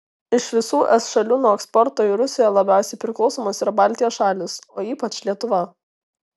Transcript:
iš visų es šalių nuo eksporto į rusiją labiausiai priklausomos yra baltijos šalys o ypač lietuva